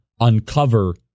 uncover